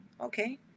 okay